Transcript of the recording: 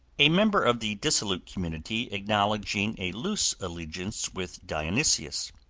a member of the dissolute community acknowledging a loose allegiance with dionysius,